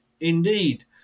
Indeed